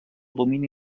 domini